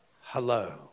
Hello